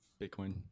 Bitcoin